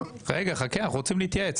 רגע, חכה, אנחנו רוצים להתייעץ.